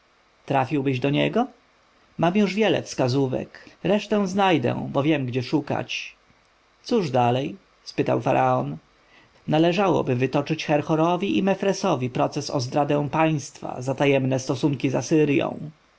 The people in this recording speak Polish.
kapłan trafiłbyś do niego mam już wiele wskazówek resztę znajdę bo wiem gdzie szukać cóż dalej spytał faraon należałoby wytoczyć herhorowi i